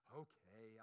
okay